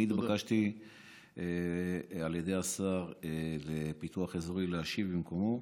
אני התבקשתי על ידי השר לפיתוח אזורי להשיב במקומו.